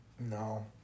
No